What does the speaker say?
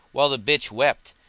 while the bitch wept,